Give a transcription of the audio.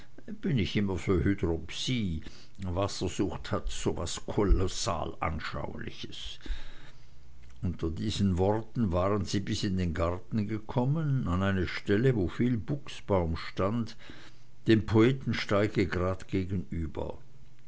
bin ich immer für hydropsie wassersucht hat so was kolossal anschauliches unter diesen worten waren sie bis in den garten gekommen an eine stelle wo viel buchsbaum stand dem poetensteige gerad gegenüber